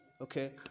Okay